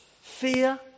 Fear